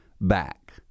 back